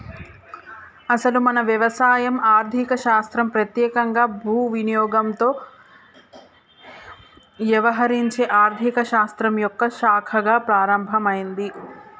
అసలు మన వ్యవసాయం ఆర్థిక శాస్త్రం పెత్యేకంగా భూ వినియోగంతో యవహరించే ఆర్థిక శాస్త్రం యొక్క శాఖగా ప్రారంభమైంది